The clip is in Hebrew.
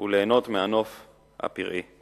וליהנות מהנוף הפראי.